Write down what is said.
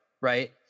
right